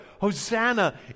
Hosanna